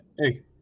hey